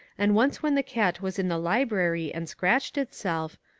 and once when the cat was in the library and scratched itself,